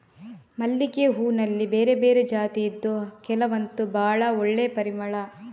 ಮಲ್ಲಿಗೆ ಹೂನಲ್ಲಿ ಬೇರೆ ಬೇರೆ ಜಾತಿ ಇದ್ದು ಕೆಲವಂತೂ ಭಾಳ ಒಳ್ಳೆ ಪರಿಮಳ